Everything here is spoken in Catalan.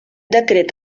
decret